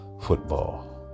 football